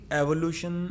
evolution